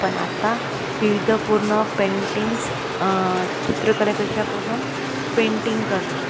पण आत्ता विविध पूर्ण पेंटिंग्स चित्रकलेपेक्षा पासून पेंटिंग करणं